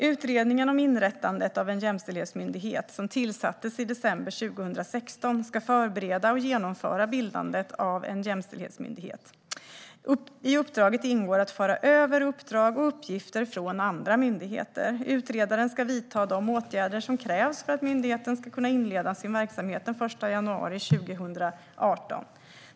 Utredningen om inrättandet av en jämställdhetsmyndighet, som tillsattes i december 2016, ska förbereda och genomföra bildandet av en jämställdhetsmyndighet. I uppdraget ingår att föra över uppdrag och uppgifter från andra myndigheter. Utredaren ska vidta de åtgärder som krävs för att myndigheten ska kunna inleda sin verksamhet den 1 januari 2018.